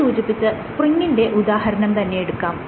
നേരത്തെ സൂചിപ്പിച്ച സ്പ്രിങ്ങിന്റെ ഉദാഹരണം തന്നെ എടുക്കാം